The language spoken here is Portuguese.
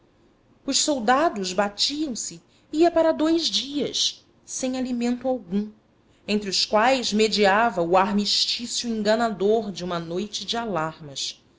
os soldados batiam se ia para dous dias sem alimento algum entre os quais mediava o armistício enganador de uma noite de alarmas